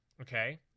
Okay